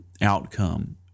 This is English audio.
outcome